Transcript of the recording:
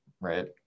right